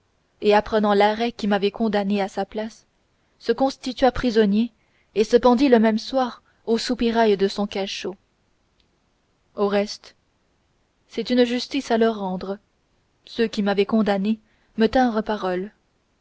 et apprenant l'arrêt qui m'avait condamné à sa place se constitua prisonnier et se pendit le même soir au soupirail de son cachot au reste c'est une justice à leur rendre ceux qui m'avaient condamné me tinrent parole